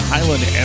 Highland